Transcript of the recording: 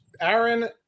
Aaron